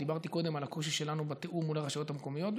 ודיברתי קודם על הקושי שלנו בתיאום מול הרשויות המקומיות,